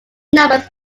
numbers